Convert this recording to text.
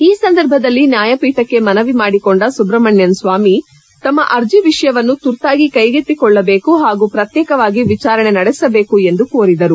ಈ ಸಂದರ್ಭದಲ್ಲಿ ನ್ಯಾಯಪೀಠಕ್ಕೆ ಮನವಿ ಮಾಡಿಕೊಂಡ ಸುಬ್ರಮಣ್ಣನ್ ಸ್ವಾಮಿ ತಮ್ಮ ಅರ್ಜಿ ವಿಷಯವನ್ನು ತುರ್ತಾಗಿ ಕ್ಲೆಗೆತ್ತಿಕೊಳ್ಳಬೇಕು ಹಾಗೂ ಪ್ರತ್ನೇಕವಾಗಿ ವಿಚಾರಣೆ ನಡೆಸಬೇಕು ಎಂದು ಕೋರಿದರು